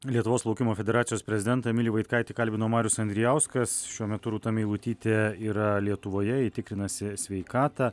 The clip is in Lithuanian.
lietuvos plaukimo federacijos prezidentą emilį vaitkaitį kalbino marius andrijauskas šiuo metu rūta meilutytė yra lietuvoje ji tikrinasi sveikatą